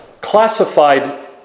classified